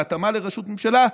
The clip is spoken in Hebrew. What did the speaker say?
בהתאמה לראשות ממשלה,